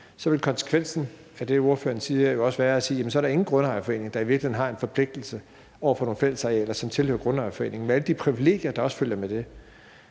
vil konsekvensen af det, ordføreren siger, jo også være, at der ingen grundejerforening er, der i virkeligheden har en forpligtelse i forhold til nogle fællesarealer, som tilhører grundejerforeningen med alle de privilegier, der også følger med det.